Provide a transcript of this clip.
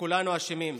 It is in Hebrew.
וכולנו אשמים,